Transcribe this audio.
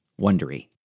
wondery